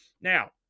Now